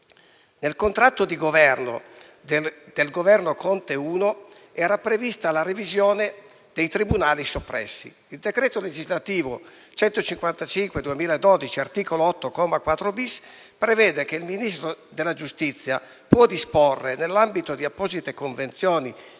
Nel contratto di Governo del Conte 1 era prevista la revisione dei tribunali soppressi; il decreto legislativo n. 155 del 2012, articolo 8, comma 4-*bis*, prevede che il Ministro della giustizia può disporre, nell'ambito di apposite convenzioni